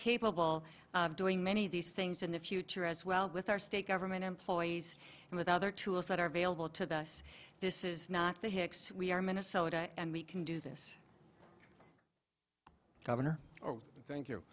capable of doing many of these things in the future as well with our state government employees and with other tools that are available to us this is not the hicks we are minnesota and we can do this governor thank you